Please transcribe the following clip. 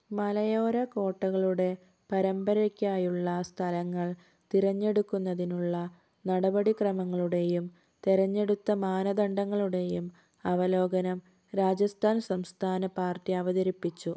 മലയോര കോട്ടകളുടെ പരമ്പരയ്ക്കായുള്ള സ്ഥലങ്ങൾ തിരഞ്ഞെടുക്കുന്നതിനുള്ള നടപടി ക്രമങ്ങളുടെയും തെരഞ്ഞെടുത്ത മാനദണ്ഡങ്ങളുടെയും അവലോകനം രാജസ്ഥാൻ സംസ്ഥാന പാർട്ടി അവതരിപ്പിച്ചു